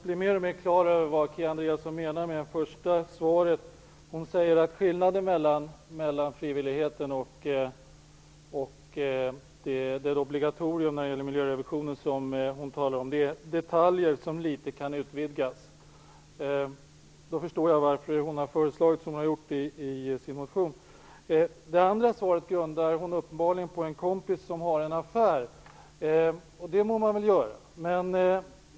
Herr talman! Jag blir alltmer klar över vad Kia Andreasson menar med det första svaret. Hon säger att skillnaden mellan frivillighet och ett obligatorium när det gäller den miljörevision som hon talar om är detaljer som kan utvidgas litet grand. Nu förstår jag hennes förslag i motionen. Det andra svaret grundar hon uppenbarligen på uppgifter från en kompis som har en affär. Det må man väl kunna göra.